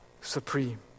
supreme